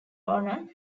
honor